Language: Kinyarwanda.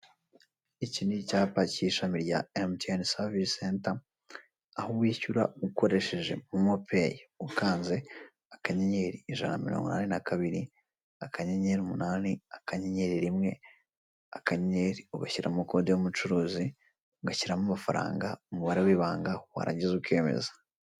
Iki ni icyapa cy'ishami rya emutiyeni savise senta, aho wishyura ukoresheje Momo peyi, ukanze akanyenyeri ijana na mirongo inani na kabiri, akanyenyeri umunani akanyenyeri rimwe, akanyenyeri, ugashyiramo kode y'umucuruzi, ugashyiramo amafaranga, umubare w'ibanga, warangiza ukemeza.